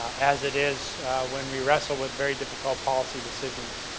as it is when we wrestle with very difficult policy decisions